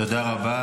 תודה רבה.